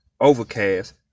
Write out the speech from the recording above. Overcast